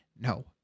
No